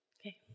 Okay